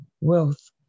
wealth